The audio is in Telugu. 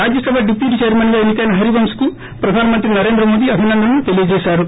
రాజ్యసభ డిప్యూటీ చైర్మన్గా ఎన్సికైన హరివంశ్కు ప్రధాన మంత్రి నరేంద్ర మోదీ అభినందనలు తెలియజేశారు